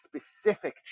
specific